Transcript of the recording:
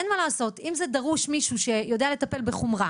אין מה לעשות: אם דרוש מישהו שיודע לטפל בחומרה